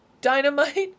Dynamite